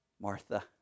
Martha